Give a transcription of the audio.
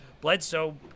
Bledsoe